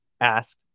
Ask